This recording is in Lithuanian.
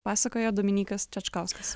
pasakojo dominykas čečkauskas